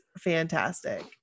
fantastic